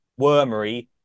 wormery